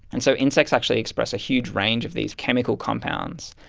and so insects actually express a huge range of these chemical compounds,